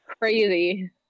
crazy